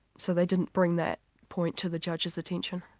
so they didn't bring that point to the judge's attention.